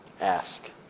ask